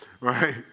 right